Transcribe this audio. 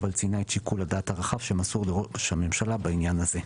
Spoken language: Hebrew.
אבל ציינה את שיקול הדעת הרחב שמסור לראש הממשלה בעניין הזה.